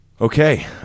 Okay